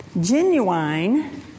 genuine